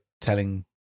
telling